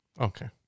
Okay